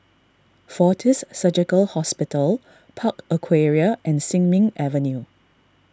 fortis Surgical Hospital Park Aquaria and Sin Ming Avenue